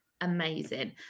amazing